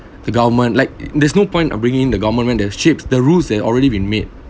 the government like there's no point on bringing the government when they shaped the rules and already been made